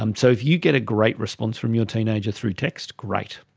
um so if you get a great response from your teenager through text, great.